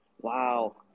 wow